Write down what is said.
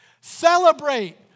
celebrate